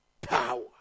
power